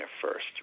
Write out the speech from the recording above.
first